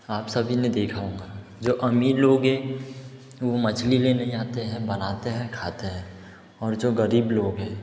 आप सभी ने देखा होगा जो अमीर लोग हैं वो मछली लेने जाते हैं बनाते हैं खाते हैं और जो ग़रीब लोग हैं